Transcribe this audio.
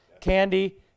Candy